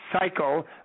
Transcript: cycle